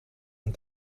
een